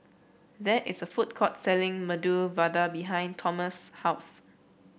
there is a food court selling Medu Vada behind Tomas' house